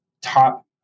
top